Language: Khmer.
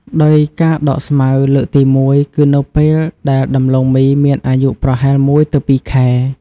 ដោយការដកស្មៅលើកទី១ គឺនៅពេលដែលដំឡូងមីមានអាយុប្រហែល ១ ទៅ ២ ខែ។